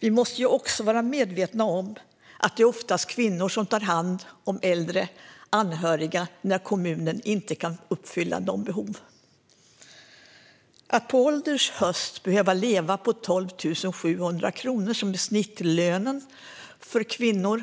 Vi måste ju också vara medvetna om att det oftast är kvinnor som tar hand om äldre anhöriga när kommunen inte kan uppfylla dessas behov. Att på ålderns höst behöva leva på 12 700 kronor i månaden efter skatt, vilket är snittet för kvinnor,